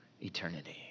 eternity